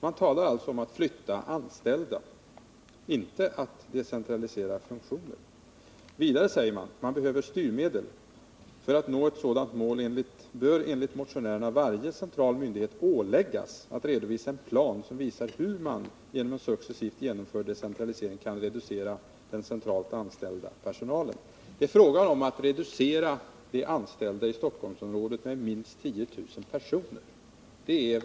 Man talar alltså om att flytta anställda, inte om att decentralisera funktioner. Vidare sägs i samma reservation att man behöver styrmedel och att ”för att nå ett sådant mål bör enligt motionärerna varje central myndighet åläggas att redovisa en plan som visar hur man genom successivt genomförd decentralisering kan reducera den centralt anställda personalen”. Reservationen innebär alltså att man vill reducera antalet anställda i Stockholmsområdet med minst 10 000 personer.